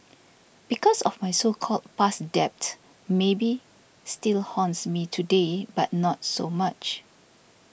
because of my so called past debt maybe still haunts me today but not so much